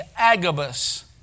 Agabus